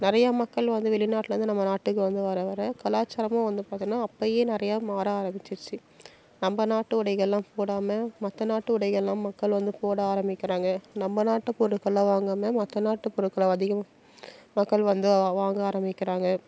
நிறையா மக்கள் வந்து வெளிநாட்டுலேந்து நம்ம நாட்டுக்கு வந்து வர வர கலாச்சாரமும் வந்து பார்த்தோம்னா அப்பயே நிறையா மாற ஆரம்பிச்சிடுச்சு நம்ம நாட்டு உடைகள்லாம் போடாமல் மற்ற நாட்டு உடைகள்லாம் மக்கள் வந்து போட ஆரம்பிக்கிறாங்க நம்ம நாட்டு பொருட்கள்லாம் வாங்காமல் மற்ற நாட்டு பொருட்களை அதிகம் மக்கள் வந்து வாங்க ஆரம்பிக்கிறாங்க